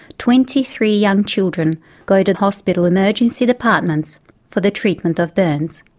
twenty three young children go to hospital emergency departments for the treatment of burns.